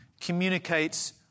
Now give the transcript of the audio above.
communicates